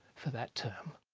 for that term.